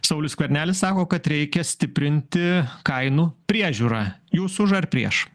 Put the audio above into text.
saulius skvernelis sako kad reikia stiprinti kainų priežiūrą jūs už ar prieš